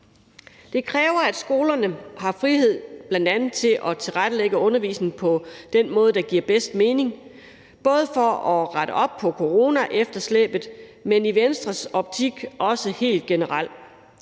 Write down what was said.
Det kræver, at skolerne har frihed til bl.a. at tilrettelægge undervisningen på den måde, det giver bedst mening for dem. Det er for at rette op på coronaefterslæbet, men i Venstres optik er det også sådan helt generelt.